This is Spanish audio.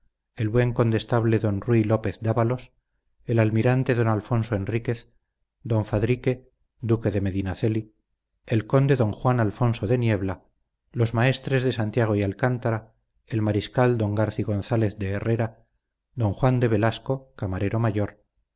el buen condestable don rui lópez dávalos el almirante don alfonso enríquez don fadrique duque de medinaceli el conde don juan alfonso de niebla los maestres de santiago y alcántara el mariscal don garci gonzález de herrera don juan de velasco camarero mayor